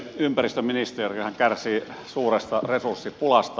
ympäristöministeriöhän kärsii suuresta resurssipulasta